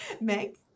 Meg